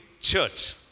church